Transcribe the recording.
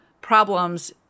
problems